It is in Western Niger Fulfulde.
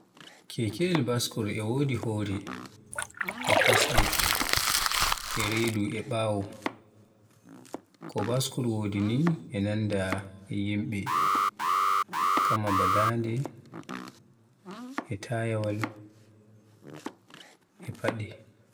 Kekeyel baskur e wodi hore, e kosde, e redu e baawo. Ko Baskur wodi ni e nanda e yimbe, kamaa ba dande, e tayawal, e fade.